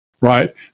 right